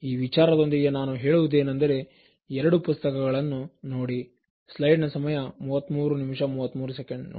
ವಿಚಾರದೊಂದಿಗೆ ನಾನು ಹೇಳುವುದೇನೆಂದರೆ 2 ಪುಸ್ತಕಗಳನ್ನು ನೋಡಿ